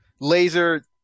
laser